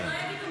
לא